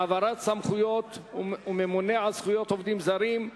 (העברת סמכויות וממונה על זכויות עובדים זרים),